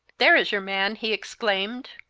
there is your man! he exclaimed.